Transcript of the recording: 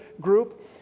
group